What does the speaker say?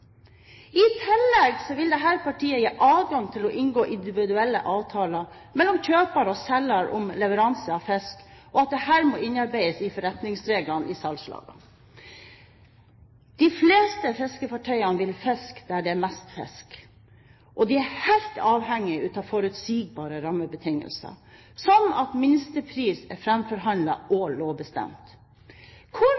partiet gi adgang til å inngå individuelle avtaler mellom kjøper og selger om leveranse av fisk, og at dette må innarbeides i forretningsreglene til salgslagene. De fleste fiskefartøyer vil fiske der det er mest fisk, og de er helt avhengige av forutsigbare rammebetingelser, som at minstepris er